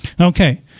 Okay